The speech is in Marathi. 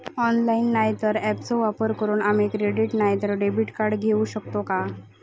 ऑनलाइन नाय तर ऍपचो वापर करून आम्ही क्रेडिट नाय तर डेबिट कार्ड घेऊ शकतो का?